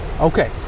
Okay